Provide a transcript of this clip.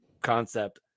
concept